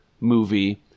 movie